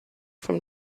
from